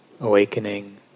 awakening